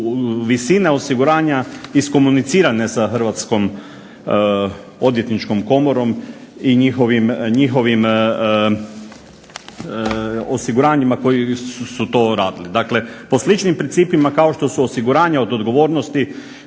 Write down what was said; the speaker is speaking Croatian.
visine osiguranja iskomunicirane sa Hrvatskom Odvjetničkom komorom i njihovim osiguranjima koji su to radili. Dakle, po sličnim principima kao što su osiguranja od odgovornosti